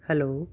hello